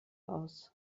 aus